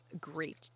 great